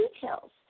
details